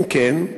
2. אם כן,